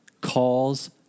calls